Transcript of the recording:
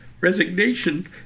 resignation